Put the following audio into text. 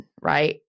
right